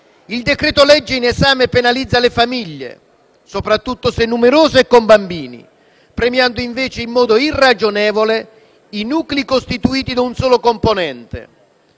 il decreto-legge in esame penalizza le famiglie, soprattutto se numerose e con bambini, premiando invece in modo irragionevole i nuclei costituiti da un solo componente: